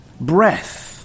Breath